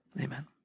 amen